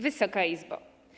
Wysoka Izbo!